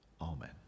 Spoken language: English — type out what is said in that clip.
Amen